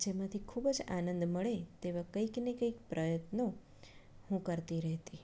તેમાંથી ખૂબ જ આનંદ મળે તેવા કૈંક ને કંઈક પ્રયોગ હું કરતી રહેતી